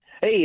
Hey